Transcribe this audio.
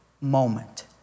moment